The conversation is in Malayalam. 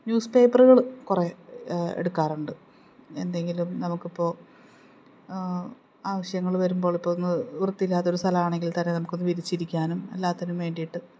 ന്യൂസ് പേപ്പറുകള് കുറേ എടുക്കാറുണ്ട് എന്തെങ്കിലും നമുക്കിപ്പോള് ആവശ്യങ്ങള് വരുമ്പോൾ ഇപ്പോള് ഒന്ന് വൃത്തിയില്ലാത്തൊരു സ്ഥലമാണെങ്കിൽ തന്നെ നമുക്കൊന്ന് വിരിച്ചിരിക്കാനും എല്ലാത്തിനും വേണ്ടിയിട്ട്